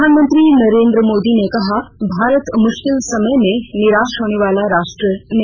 प्रधानमंत्री नरेन्द्र मोदी ने कहा भारत मुश्किल समय में निराश होने वाला राष्ट्र नहीं